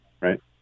right